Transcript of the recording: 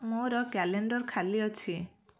ମୋର କ୍ୟାଲେଣ୍ଡର୍ ଖାଲି ଅଛି